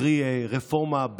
קרי רפורמה,